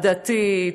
הדתית,